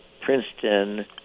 Princeton